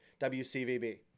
WCVB